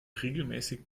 regelmäßig